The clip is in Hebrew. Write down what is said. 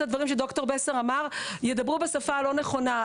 הדברים שד"ר בסר אמר ידברו בשפה הלא נכונה.